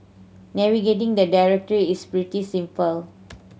navigating the directory is pretty simple